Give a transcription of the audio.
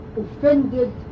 offended